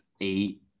Eight